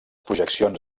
projeccions